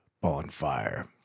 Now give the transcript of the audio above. Bonfire